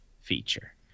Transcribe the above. feature